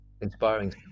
inspiring